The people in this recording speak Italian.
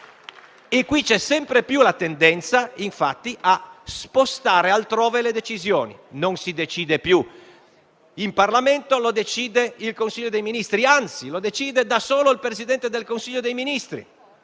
Qui c'è sempre di più la tendenza, infatti, a spostare altrove le decisioni: non si decide più in Parlamento, ma si decide in Consiglio dei ministri, anzi decide da solo il Presidente del Consiglio dei ministri.